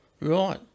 Right